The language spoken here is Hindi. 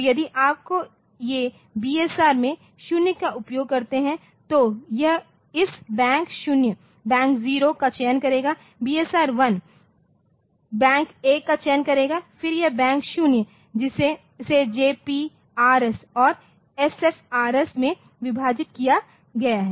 तो यदि आपको ये बीएसआर में 0 का उपयोग करते है तो तो यह इस बैंक 0 का चयन करेगा बीएसआर 1 बैंक 1 का चयन करेगा फिर यह बैंक 0 इसे जीपीआरएस और एसएफआरएस में विभाजित किया गया है